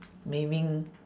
maybe